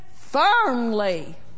firmly